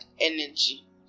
energy